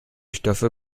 stoffe